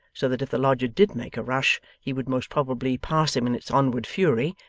so that if the lodger did make a rush, he would most probably pass him in its onward fury,